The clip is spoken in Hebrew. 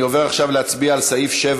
נצביע על סעיף 7